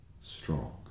strong